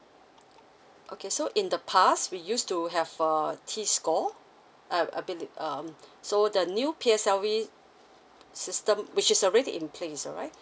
okay so in the past we used to have uh t score uh a bit um so the new P_S_L_E system which is already in place alright